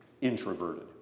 introverted